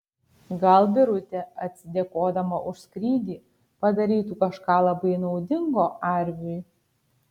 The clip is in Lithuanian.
gal birutė atsidėkodama už skrydį padarytų kažką labai naudingo arviui